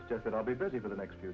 it's just that i'll be busy for the next